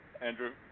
Andrew